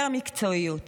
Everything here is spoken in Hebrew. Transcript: יותר מקצועיות,